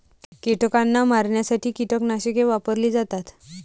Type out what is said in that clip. कीटकांना मारण्यासाठी कीटकनाशके वापरली जातात